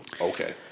Okay